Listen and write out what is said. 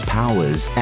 powers